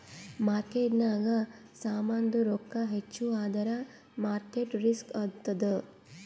ಮಾರ್ಕೆಟ್ನಾಗ್ ಸಾಮಾಂದು ರೊಕ್ಕಾ ಹೆಚ್ಚ ಆದುರ್ ಮಾರ್ಕೇಟ್ ರಿಸ್ಕ್ ಆತ್ತುದ್